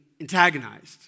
antagonized